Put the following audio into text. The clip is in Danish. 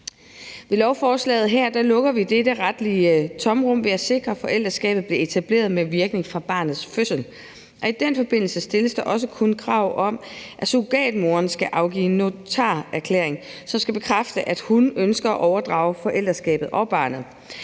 Lovforslaget her lukker dette retlige tomrum ved at sikre, at forældreskabet bliver etableret med virkning fra barnets fødsel. I den forbindelse stilles der også kun krav om, at surrogatmoren skal afgive en notarerklæring, som skal bekræfte, at hun ønsker at overdrage forældreskabet og barnet.